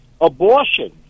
abortion